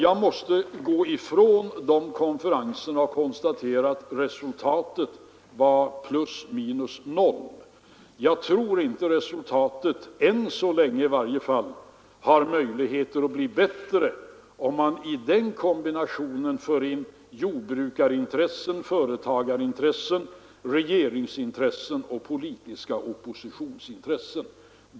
Jag måste konstatera att resultatet av dessa konferenser var plus minus noll. Jag tror inte att resultatet — än så länge i varje fall — kan bli bättre om man även för in jordbrukarintressen, företagarintressen, regeringsintressen och politiska oppositionsintressen.